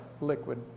liquid